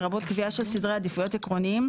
לרבות קביעה של סדרי עדיפויות עקרוניים,